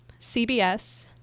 CBS